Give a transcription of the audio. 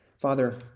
father